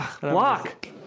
Block